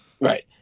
right